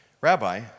Rabbi